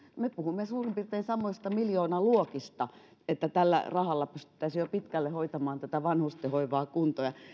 me puhumme suurin piirtein samoista miljoonaluokista niin että tällä rahalla pystyttäisiin jo pitkälle hoitamaan tätä vanhusten hoivaa kuntoon ja